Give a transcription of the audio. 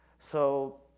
so,